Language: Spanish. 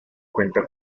cuenta